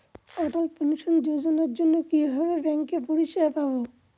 অটল pension যোজনার জন্য কিভাবে ব্যাঙ্কে পরিষেবা পাবো?